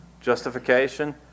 justification